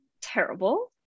terrible